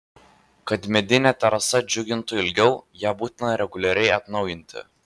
kad medinė terasa džiugintų ilgiau ją būtina reguliariai atnaujinti